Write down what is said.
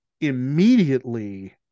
immediately